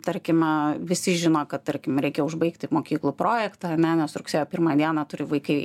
tarkime visi žino kad tarkim reikia užbaigti mokyklų projektą ane nes rugsėjo primą dieną turi vaikai